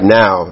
now